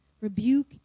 rebuke